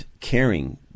caring